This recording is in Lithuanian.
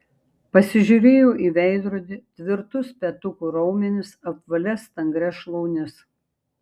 pasižiūrėjau į veidrodį tvirtus petukų raumenis apvalias stangrias šlaunis